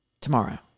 Tomorrow